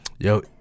Yo